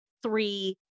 three